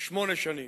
שמונה שנים,